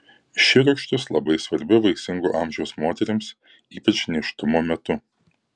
ši rūgštis labai svarbi vaisingo amžiaus moterims ypač nėštumo metu